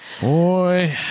Boy